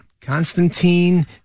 Constantine